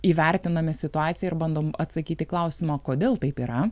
įvertiname situaciją ir bandom atsakyti į klausimą kodėl taip yra